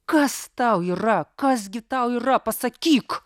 kas tau yra kas gi tau yra pasakyk